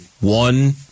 one